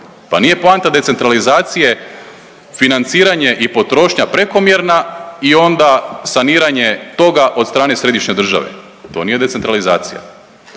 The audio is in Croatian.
Pa nije poanta decentralizacije financiranje i potrošnja prekomjerna i onda saniranje toga od strane središnje države. To nije decentralizacija.